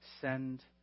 send